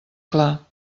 clar